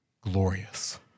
glorious